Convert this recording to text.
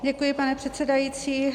Děkuji, pane předsedající.